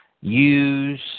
use